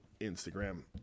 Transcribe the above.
Instagram